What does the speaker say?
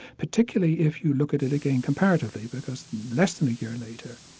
particularly if you look at it again comparatively, because less than a year later,